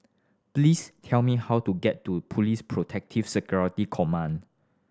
please tell me how to get to Police Protective Security Command